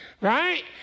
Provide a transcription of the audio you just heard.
Right